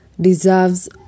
deserves